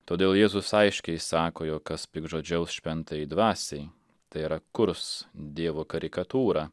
todėl jėzus aiškiai sako jog kas piktžodžiaus šventajai dvasiai tai yra kurs dievo karikatūrą